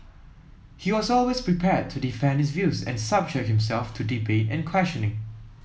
he was always prepared to defend his views and subject himself to debate and questioning